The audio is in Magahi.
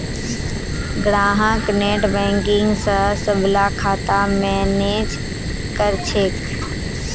ग्राहक नेटबैंकिंग स सबला खाता मैनेज कर छेक